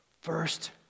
First